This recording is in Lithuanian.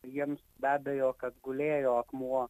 jiems be abejo kad gulėjo akmuo